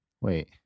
wait